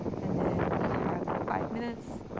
and then you have the five minutes,